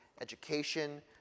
education